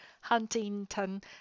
Huntington